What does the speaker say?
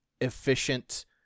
efficient